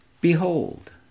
Behold